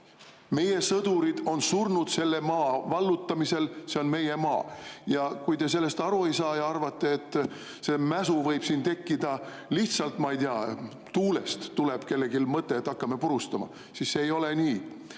Meie sõdurid on surnud selle maa vallutamisel, see on meie maa." Kui te sellest aru ei saa ja arvate, et mäsu võib siin tekkida lihtsalt nii, ma ei tea, et tuulest tuleb kellelgi mõte, et hakkame purustama, siis [ma ütlen